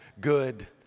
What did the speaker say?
good